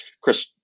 chris